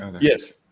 Yes